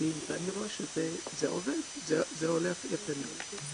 והילדים ואני רואה שזה עובד, זה הולך יפה מאוד.